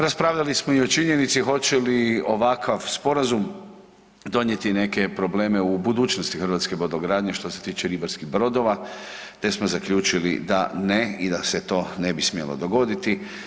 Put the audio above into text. Raspravljali smo i o činjenici hoće li ovakav sporazum donijeti neke probleme u budućnosti hrvatske brodogradnje što se tiče ribarskih brodova, te smo zaključili da ne i da se to ne bi smjelo dogoditi.